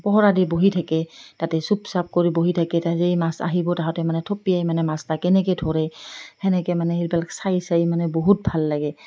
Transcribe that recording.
পহৰা দি বহি থাকে তাতে চুপ চাপ কৰি বহি থাকে তাত এই মাছ আহিব তাহাঁতে মানে থপিয়াই মানে মাছ এটা কেনেকৈ ধৰে তেনেকৈ মানে সেইবিলাক চাই চাই মানে বহুত ভাল লাগে